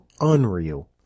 Unreal